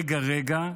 רגע-רגע,